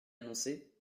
annoncé